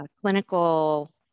clinical